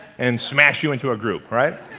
and smash you into a group, right?